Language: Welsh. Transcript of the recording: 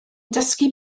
dysgu